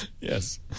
Yes